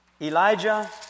Elijah